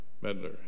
Medler